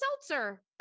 seltzer